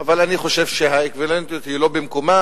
אבל אני חושב שהאקוויוולנטיות היא לא במקומה.